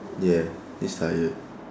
ya it's tired